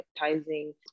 advertising